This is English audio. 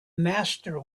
master